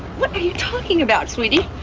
what are you talking about, sweetie?